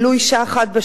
ולו אשה אחת,